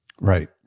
Right